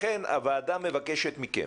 לכן הוועדה מבקשת מכם,